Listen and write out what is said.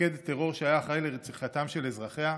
מפקד טרור שהיה אחראי לרציחתם של אזרחיה,